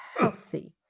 healthy